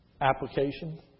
Application